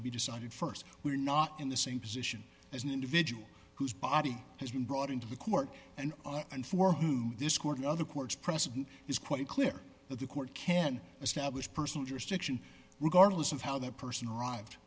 to be decided st we're not in the same position as an individual whose body has been brought into the court and and for whom this court other courts precedent is quite clear that the court can establish personal jurisdiction regardless of how that person arrived